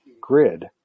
grid